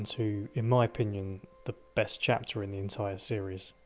to, in my opinion, the best chapter in the entire series.